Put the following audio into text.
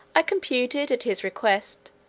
i computed, at his request,